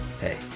Hey